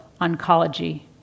oncology